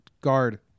guard